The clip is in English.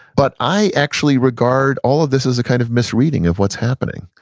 but i actually regard all of this as a kind of misreading of what's happening.